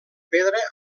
pedra